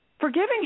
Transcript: forgiving